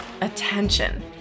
attention